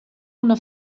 una